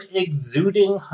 exuding